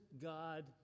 God